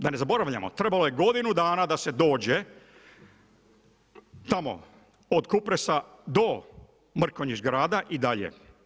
Da ne zaboravljamo, trebalo je godinu dana da se dođe, tamo od Kupresa do Mrkonjić grada i dalje.